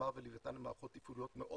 תמר ולווייתן הן מערכות תפעוליות מאוד